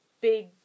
big